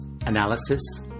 analysis